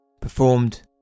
Performed